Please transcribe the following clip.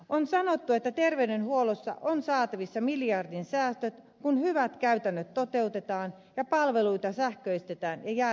on sanottu että terveydenhuollossa on saatavissa miljardin säästöt kun hyvät käytännöt toteutetaan ja palveluita sähköistetään ja järkeistetään